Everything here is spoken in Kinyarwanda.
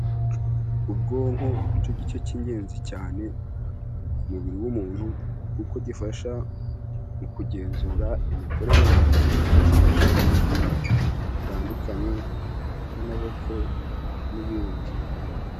Ubwonko nicyo gice k'ingenzi cyane ku mubiri w'umuntu, kuko gifasha mu kugenzura imikorere y'ibindi bice by'umubiri bitandukanye nk'amaboko n'ibindi.